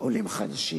עולים חדשים,